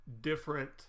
different